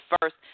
first